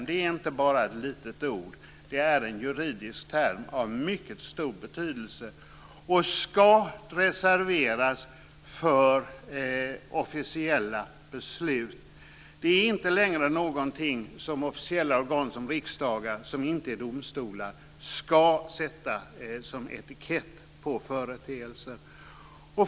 Det är inte bara ett litet ord. Det är en juridisk term av mycket stor betydelse och ska reserveras för officiella beslut. Det är inte längre någonting som officiella organ som riksdagar, som inte är domstolar, ska sätta som etikett på företeelser.